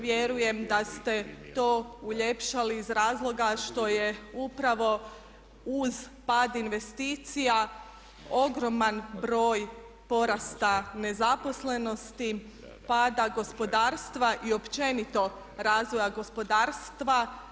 Vjerujem da ste to uljepšali iz razloga što je upravo uz pad investicija ogroman broj porasta nezaposlenosti, pada gospodarstva i općenito razvoja gospodarstva.